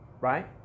right